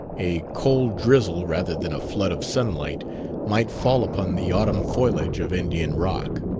a cold drizzle rather than a flood of sunlight might fall upon the autumn foliage of indian rock.